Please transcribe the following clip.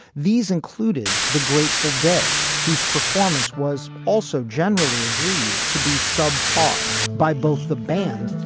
these included the grateful dead whose performance was also generally agreed to be subpar by both the band.